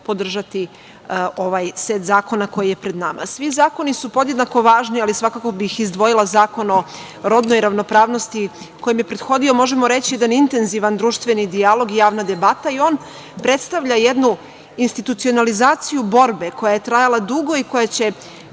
podržati ovaj set zakona koji je pred nama. Svi zakoni su podjednako važni ali svakako bih izdvojila Zakon o rodnoj ravnopravnosti kojem je prethodio jedan, možemo reći, jedan intenzivan društveni dijalog i javna debata i on predstavlja jednu institucionalizaciju borbe koja je trajala dugo i koja će